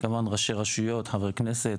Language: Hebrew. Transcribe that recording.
כמובן ראשי הרשויות, חברי הכנסת